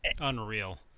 Unreal